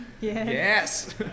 Yes